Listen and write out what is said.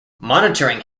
monitoring